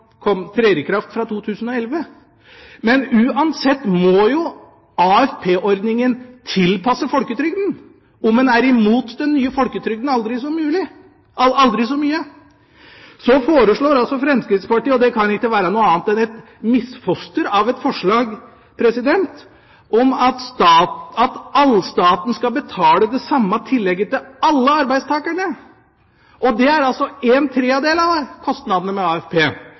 trer i kraft fra 2011. Men uansett må jo AFP-ordningen tilpasses folketrygden om en er imot den nye folketrygden aldri så mye. Så foreslår altså Fremskrittspartiet, og det kan ikke være noe annet enn et misfoster av et forslag, at staten skal betale det samme tillegget til alle arbeidstakerne, og det er altså en tredjedel av kostnadene ved AFP.